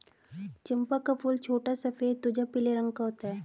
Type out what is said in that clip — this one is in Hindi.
चंपा का फूल छोटा सफेद तुझा पीले रंग का होता है